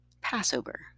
Passover